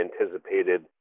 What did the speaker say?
anticipated